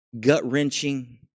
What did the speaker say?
gut-wrenching